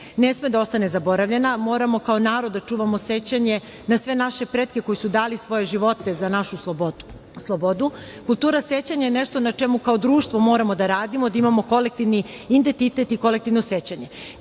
ne sme da ostane zaboravljena. Moramo kao narod da čuvamo sećanje na sve naše pretke koji su dali svoje živote za našu slobodu. Kultura sećanja je nešto na čemu kao društvo moramo da radimo, da imamo kolektivni identitet i kolektivno sećanje. Pitanje